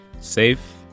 Safe